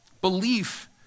Belief